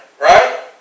right